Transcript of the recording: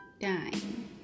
dime